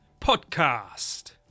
podcast